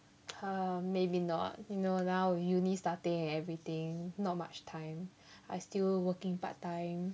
uh maybe not you know now uni starting and everything not much time I still working part time